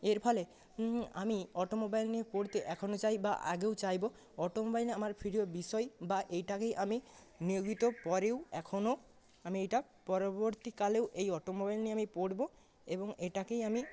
এর ফলে আমি অটোমোবাইল নিয়ে পড়তে এখনো চাই বা আগেও চাইবো অটোমোবাইল নিয়ে আমার বিভিন্ন বিষয় বা এইটাকে আমি নিয়োজিত পরেও এখনও আমি এটা পরবর্তীকালেও এই অটোমোবাইল নিয়ে আমি পড়ব এবং এটাকেই আমি